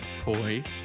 Poise